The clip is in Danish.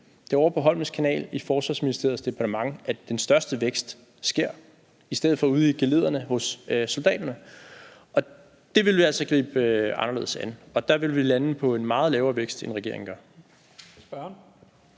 Der er ovre på Holmens Kanal i Forsvarsministeriets departement, at den største vækst sker, i stedet for ude i geledderne hos soldaterne. Det ville vi altså gribe anderledes an, og der ville vi lande på en meget lavere vækst, end regeringen gør.